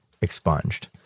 expunged